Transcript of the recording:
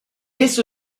esso